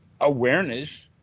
awareness